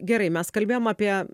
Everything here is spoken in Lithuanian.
gerai mes kalbėjom apie